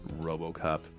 Robocop